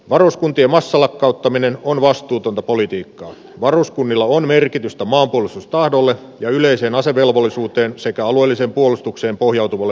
varuskuntia maassa lakkauttaminen on vastuutonta politiikkaa varuskunnilla on merkitystä lopulliset kadulle ja yleiseen asevelvollisuuteen sekä alueellisen puolustukseen pohjautuvalle